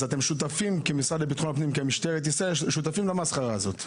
ואתם שותפים כמשרד לביטחון הפנים ומשטרת ישראל למסחרה הזאת.